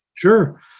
Sure